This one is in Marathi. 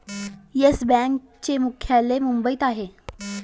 येस बँकेचे मुख्यालय मुंबईत आहे